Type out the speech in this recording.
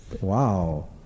Wow